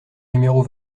numéro